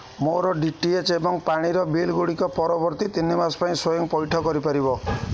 ମୋର D T H ଏବଂ ପାଣିର ବିଲଗୁଡ଼ିକ ପରବର୍ତ୍ତୀ ତିନି ମାସ ପାଇଁ ସ୍ଵୟଂ ପଇଠ କରିପାରିବ